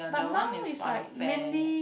but now is like mainly